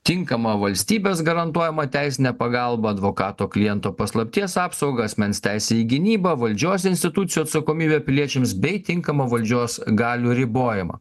tinkamą valstybės garantuojamą teisinę pagalbą advokato kliento paslapties apsaugą asmens teisę į gynybą valdžios institucijų atsakomybę piliečiams bei tinkamą valdžios galių ribojimą